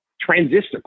transistor